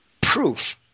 proof